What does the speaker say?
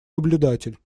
наблюдатель